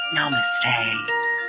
Namaste